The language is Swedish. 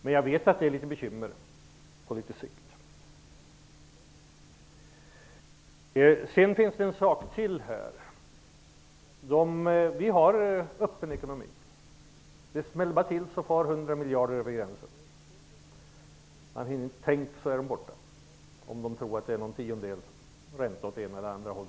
Men jag vet att det föreligger en del bekymmer på sikt. Sverige har öppen ekonomi. Det smäller bara till, så har 100 miljarder kronor farit över gränsen. Man hinner inte tänka till förrän de är borta, om marknaden tror att någon tiondels ränta är på väg åt något håll.